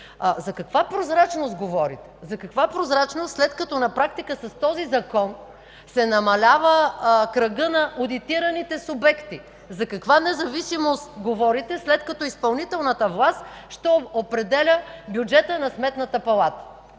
За каква прозрачност говорите?! За каква прозрачност, след като на практика с този Закон се намалява кръгът на одитираните субекти? За каква независимост говорите, след като изпълнителната власт ще определя бюджета на Сметната палата?